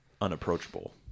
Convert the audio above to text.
unapproachable